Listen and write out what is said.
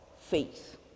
Faith